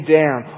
down